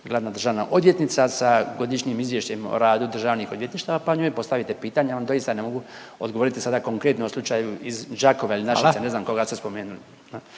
glavna državna odvjetnica sa godišnjim izvješćem o radu državnih odvjetništava pa njoj postavite pitanje, ja vam doista ne mogu odgovoriti sada konkretno o slučaju iz Đakova ili Našica, …/Upadica Radin: